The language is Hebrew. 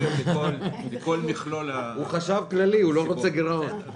הוא חשב כללי, הוא לא רוצה גירעון.